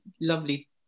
lovely